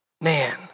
Man